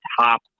top